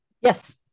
Yes